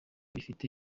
bifite